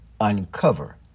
uncover